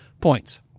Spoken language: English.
points